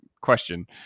question